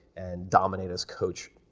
and dominated as coach,